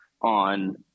on